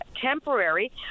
temporary